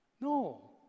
No